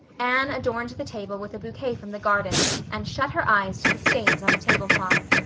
anne adorned the table with a bouquet from the garden and shut her eyes to the stains on the tablecloth.